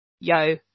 yo